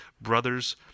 brothers